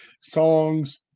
songs